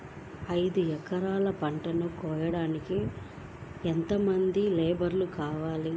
ఐదు ఎకరాల పంటను కోయడానికి యెంత మంది లేబరు కావాలి?